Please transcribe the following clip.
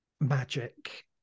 magic